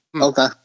Okay